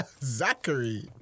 Zachary